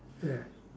yes